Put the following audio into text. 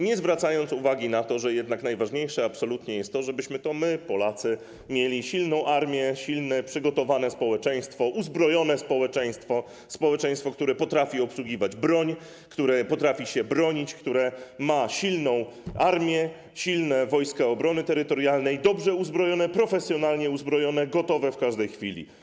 Nie zwraca się uwagi na to, że jednak absolutnie najważniejsze jest to, żebyśmy to my, Polacy mieli silną armię, silne, przygotowane społeczeństwo, uzbrojone społeczeństwo, społeczeństwo, które potrafi obsługiwać broń, które potrafi się bronić, które ma silną armię, silne Wojska Obrony Terytorialnej, dobrze uzbrojone, profesjonalnie uzbrojone, gotowe w każdej chwili.